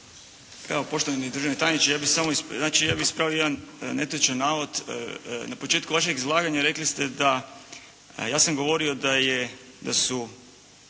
Evo poštovani državni tajniče, znači ja bih ispravio jedan netočan navod. Na početku vašeg izlaganja rekli ste da, ja sam govorio da su